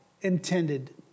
intended